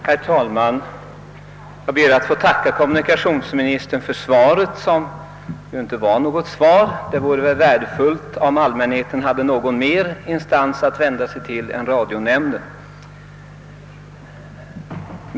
Herr talman! Jag ber att få tacka kommunikationsministern för svaret som dock inte var något svar. Det vore värdefullt, om allmänheten hade någon mer instans att vända sig till än radionämnden.